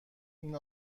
این